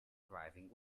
driving